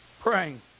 praying